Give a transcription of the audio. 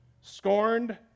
Scorned